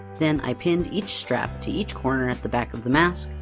then i pinned each strap to each corner at the back of the mask,